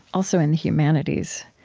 also, in the humanities,